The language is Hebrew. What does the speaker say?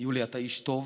יולי, אתה איש טוב.